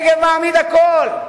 הנגב מעמיד הכול.